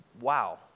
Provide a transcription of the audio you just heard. wow